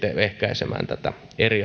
ehkäisemään tätä